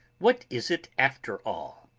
what is it after all?